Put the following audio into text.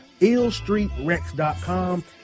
illstreetrex.com